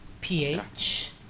PH